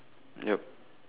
yup